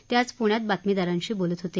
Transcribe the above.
ते आज पुण्यात बातमीदारांशी बोलत होते